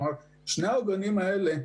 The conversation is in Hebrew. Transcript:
שני העוגנים הללו: